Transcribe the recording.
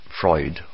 Freud